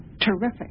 terrific